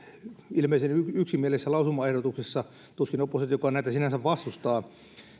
ilmeisen yksimielisessä lausumaehdotuksessa tuskin oppositiokaan tätä sinänsä vastustaa